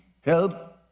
help